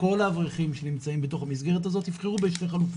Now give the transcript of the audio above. שכל האברכים שנמצאים בתוך המסגרת הזאת יבחרו בשתי חלופות,